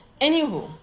Anywho